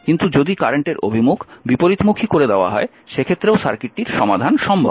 কিন্তু যদি কারেন্টের অভিমুখ বিপরীতমুখী করে দেওয়া হয় সেক্ষেত্রেও সার্কিটটির সমাধান সম্ভব